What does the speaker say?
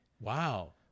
Wow